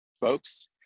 folks